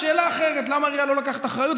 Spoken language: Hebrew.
שאלה אחרת, למה העירייה לא לוקחת אחריות.